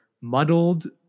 muddled